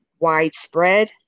widespread